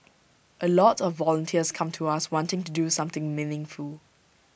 A lot of volunteers come to us wanting to do something meaningful